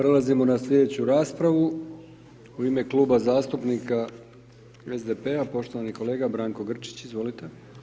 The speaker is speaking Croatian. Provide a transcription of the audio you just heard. Idemo na slijedeću raspravu, u ime kluba zastupnika SDP-a, poštovani kolega Branko Grčić, izvolite.